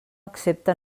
accepta